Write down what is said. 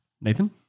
Nathan